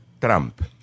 Trump